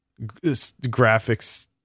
graphics